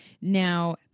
Now